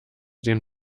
den